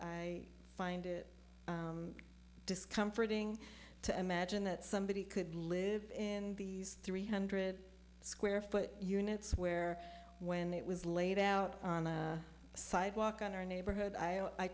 i find it discomforting to imagine that somebody could live in these three hundred square foot units where when it was laid out on a sidewalk in our neighborhood i